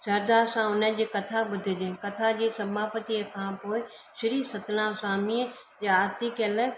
श्रधा सां हुन जी कथा ॿुधजे कथा जी समापतीअ खां पोए श्री सतनाम स्वामीअ जी आरती कयल